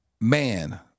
man